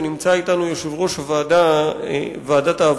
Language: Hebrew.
ונמצא אתנו יושב-ראש ועדת העבודה,